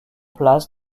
place